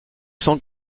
cent